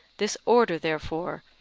this order, therefore,